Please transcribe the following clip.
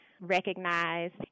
recognized